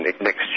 next